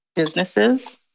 businesses